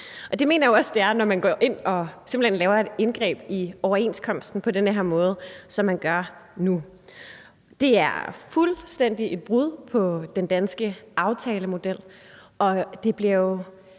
hen går ind og laver et indgreb i overenskomsten på den her måde, som man gør nu. Det er fuldstændig et brud på den danske aftalemodel, og det bliver jo